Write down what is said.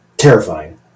terrifying